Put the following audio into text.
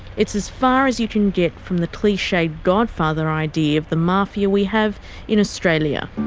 it's as far as you can get from the cliched godfather idea of the mafia we have in australia.